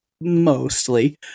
mostly